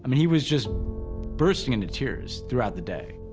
he was just bursting into tears throughout the day.